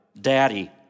Daddy